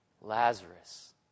Lazarus